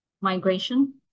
migration